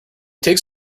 takes